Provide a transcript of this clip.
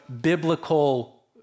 biblical